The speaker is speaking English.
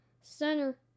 center